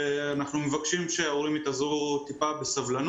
ואנחנו מבקשים שההורים יתאזרו קצת בסבלנות.